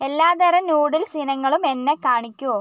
എല്ലാത്തരം നൂഡിൽസ് ഇനങ്ങളും എന്നെ കാണിക്കൂ